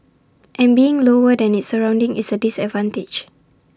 and being lower than its surroundings is A disadvantage